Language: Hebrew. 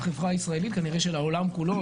החברה הישראלית וכנראה של העולם כולו.